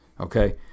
Okay